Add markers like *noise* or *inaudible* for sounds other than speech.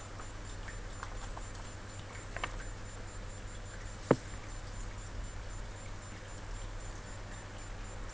*noise*